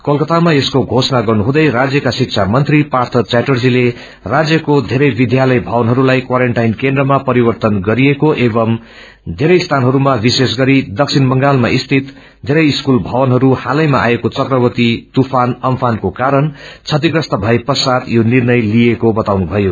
कोलकातामा यसको घोषणा गर्नुहुँदै राज्यका शिक्षा मंत्री पार्य चटर्जीले राज्यको बेरै विध्यालय भवनहरूलाई क्वारेन्टाइन केन्द्रमा परिववन्न गरिएको एवमू धेरै स्थानहरूमा विशेष गरेर दक्षिण बंगालमा स्थित धेरै स्कूल भवनहरू हालैमा आएको चक्रवाती सुफान अम्फान को कारण क्षतिप्रस्त भए पश्चात यो निर्णय लिइएको बताउनुभयो